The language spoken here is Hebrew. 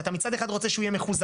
אז אתה מצד אחד רוצה שהוא יהיה מחוזק,